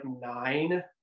nine